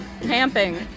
camping